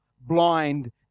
blind